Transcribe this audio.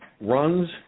runs